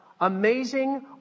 amazing